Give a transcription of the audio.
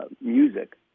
music